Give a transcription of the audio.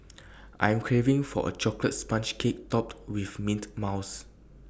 I am craving for A Chocolate Sponge Cake Topped with Mint Mousse